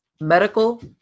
Medical